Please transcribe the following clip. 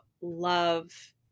love